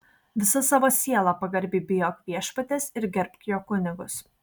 visa savo siela pagarbiai bijok viešpaties ir gerbk jo kunigus